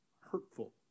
hurtful